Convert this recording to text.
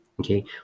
okay